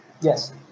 Yes